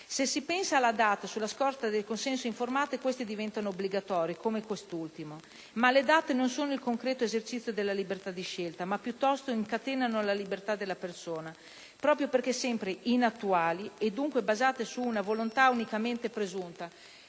Se si pensa alle DAT sulla scorta del consenso informato queste diventano obbligatone come quest'ultimo. Ma le DAT non sono il concreto esercizio della libertà di scelta, ma piuttosto incatenano la libertà della persona. Proprio perché sempre inattuali e, dunque, basate su una volontà unicamente presunta,